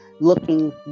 looking